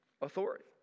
authority